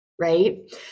right